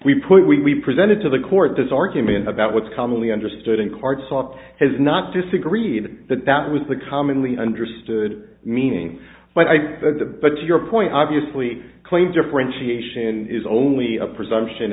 we put we presented to the court this argument about what's commonly understood in cards op has not disagreed that that was the commonly understood meaning but i think the but to your point obviously claim differentiation is only a presumption